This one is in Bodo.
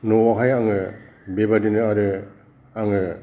न'आवहाय आङो बेबायदिनो आरो आङो